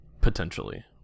potentially